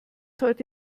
heute